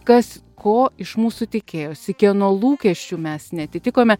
kas ko iš mūsų tikėjosi kieno lūkesčių mes neatitikome